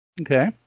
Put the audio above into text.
Okay